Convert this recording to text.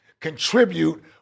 contribute